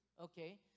okay